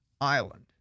Island